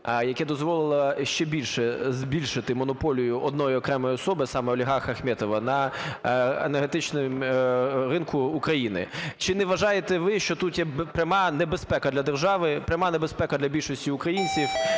яке дозволило ще більше збільшити монополію одної окремої особи, саме олігарха Ахметова, на енергетичному ринку України? Чи не вважаєте ви, що тут є пряма небезпека для держави, пряма небезпека для більшості українців